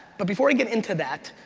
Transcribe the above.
but before we get into that,